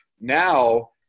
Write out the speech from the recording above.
Now